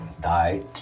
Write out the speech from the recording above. died